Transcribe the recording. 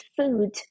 food